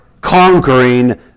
conquering